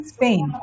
Spain